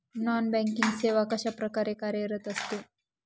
Non banking सेवा कशाप्रकारे कार्यरत असते?